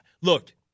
Look